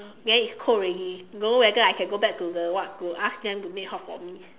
ya it's cold already don't know whether I can go back to the what to ask them make hot for me